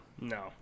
no